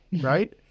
right